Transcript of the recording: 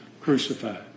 crucified